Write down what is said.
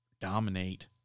dominate